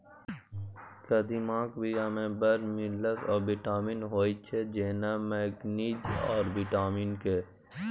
कदीमाक बीया मे बड़ मिनरल आ बिटामिन होइ छै जेना मैगनीज आ बिटामिन के